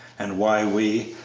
and why we,